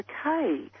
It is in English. okay